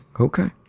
okay